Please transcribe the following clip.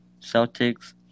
Celtics